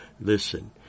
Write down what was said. Listen